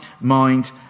mind